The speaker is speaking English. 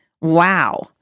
Wow